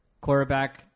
quarterback